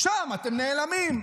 שם אתם נעלמים.